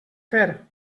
fer